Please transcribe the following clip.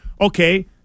Okay